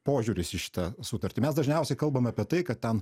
požiūris į šitą sutartį mes dažniausiai kalbame apie tai kad ten